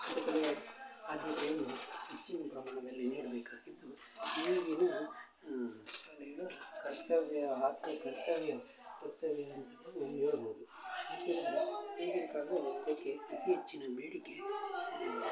ಹೆಚ್ಚಿನ ಪ್ರಮಾಣದಲ್ಲಿ ನೀಡಬೇಕಾಗಿದ್ದು ಈಗಿನ ಶಾಲೆಗಳ ಕರ್ತವ್ಯ ಆದ್ಯ ಕರ್ತವ್ಯ ಕರ್ತವ್ಯ ಅಂತನೇ ಹೇಳ್ಬೋದು ಅತಿ ಹೆಚ್ಚಿನ ಬೇಡಿಕೆ ಇವೆ